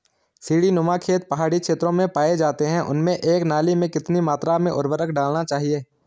सीड़ी नुमा खेत पहाड़ी क्षेत्रों में पाए जाते हैं उनमें एक नाली में कितनी मात्रा में उर्वरक डालना चाहिए?